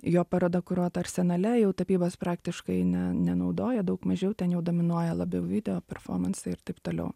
jo paroda kuruota arsenale jau tapybos praktiškai ne nenaudoja daug mažiau ten jau dominuoja labiau video performansai ir taip toliau